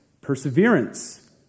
perseverance